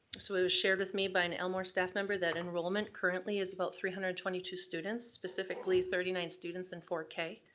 so it was shared with me by an elmore staff member that enrollment currently is about three hundred and twenty two students, specifically thirty nine students in four k.